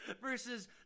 versus